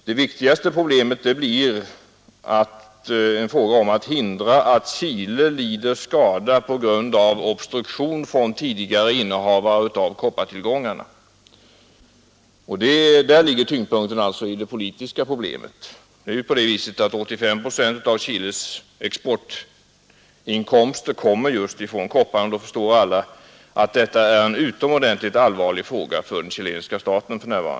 Det viktigaste problemet är att förhindra att Chile lider skada på grund av obstruktion från tidigare innehavare av koppartillgångarna. Där ligger tyngdpunkten i det politiska problemet. Ca 85 procent av Chiles exportinkomster kommer just från kopparexporten — då förstår alla att detta är en utomordentligt allvarlig fråga för den chilenska staten.